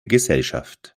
gesellschaft